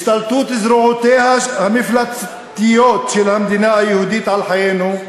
השתלטות זרועותיה המפלצתיות של המדינה היהודית על חיינו,